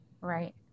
Right